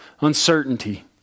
uncertainty